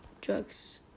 drugs